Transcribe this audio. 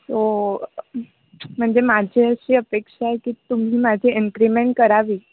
so म्हणजे माझी अशी अपेक्षा आहे की तुम्ही माझी इन्क्रीमेंट करावी